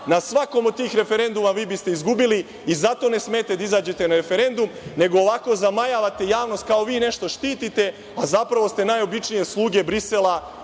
na svakom od tih referenduma vi biste izgubili i zato ne smete da izađete na referendum, nego ovako zamajavate javnost, kao vi nešto štitite, a zapravo ste najobičnije sluge Brisela